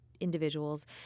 individuals